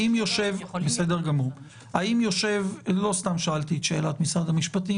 לא סתם שאלתי את משרד המשפטים.